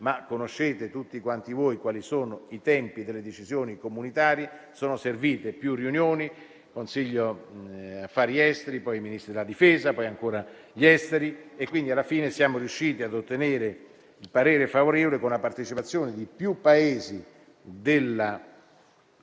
ma tutti voi sapete quali sono i tempi delle decisioni comunitarie. Sono servite più riunioni: il Consiglio affari esteri, poi i Ministri della difesa e poi ancora gli esteri. Alla fine siamo riusciti ad ottenere il parere favorevole, con la partecipazione di più Paesi dell'Unione